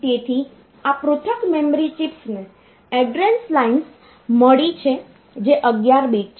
તેથી આ પૃથક મેમરી ચિપ્સને એડ્રેસ લાઇન્સ મળી છે જે 11 બીટ છે